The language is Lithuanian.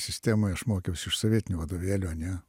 sistemoj aš mokiaus iš sovietinių vadovėlių ane